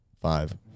five